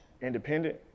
Independent